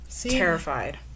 terrified